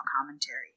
commentary